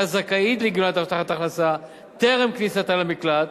זכאית לגמלת הבטחת הכנסה טרם כניסתה למקלט,